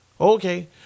Okay